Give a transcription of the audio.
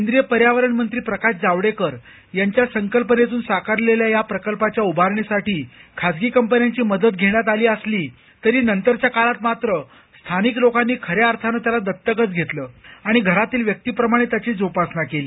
केंदीय पर्यावरण मंत्री प्रकाश जावडेकर यांच्या संकल्पनेतून साकारलेल्या या प्रकल्पाच्या उभारणीसाठी खासगी कंपन्यांची मदत घेण्यात आली असली तरी नंतरच्या काळात मात्र स्थानिक लोकांनी खऱ्या अर्थानं त्याला दत्तकच घेतलं आणि घरातील व्यक्तीप्रमाणे त्याची जोपासना केली